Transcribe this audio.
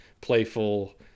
playful